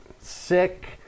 sick